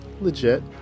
legit